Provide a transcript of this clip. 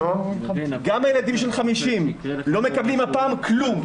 גם הילדים של 50% לא מקבלים הפעם כלום,